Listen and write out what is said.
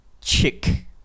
Chick